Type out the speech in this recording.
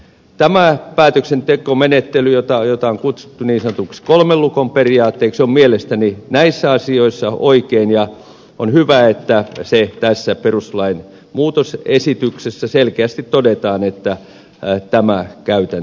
tämä päätöksentekomenettely jota on kutsuttu niin sanotuksi kolmen lukon periaatteeksi on mielestäni näissä asioissa oikein ja on hyvä että se tässä perustuslain muutosesityksessä selkeästi todetaan että tämä käytäntö säilyy